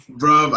bro